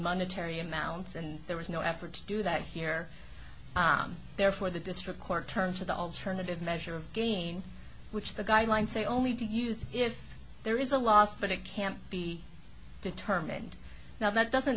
monetary amounts and there was no effort to do that here therefore the district court turned to the alternative measure again which the guidelines say only to use if there is a loss but it can't be determined now that doesn't